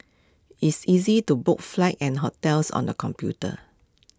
it's easy to book flights and hotels on the computer